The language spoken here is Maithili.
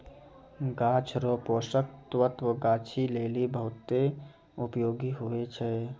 गाछ रो पोषक तत्व गाछी लेली बहुत उपयोगी हुवै छै